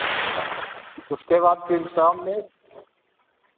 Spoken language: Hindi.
उसके बाद फिर शाम में